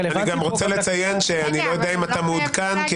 אני לא יודע אם אתה מעודכן,